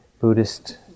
Buddhist